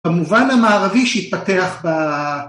במובן המערבי שהתפתח